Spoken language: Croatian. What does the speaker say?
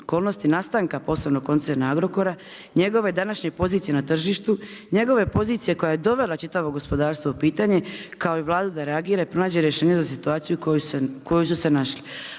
nastanka posebnog koncerna Agrokora, njegove današnje pozicije na tržištu, njegove pozicije koja je dovela čitavo gospodarstvo u pitanje, kao i Vladu da reagira i pronađe rješenje za situaciju u kojoj su se našli,